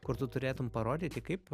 kur tu turėtum parodyti kaip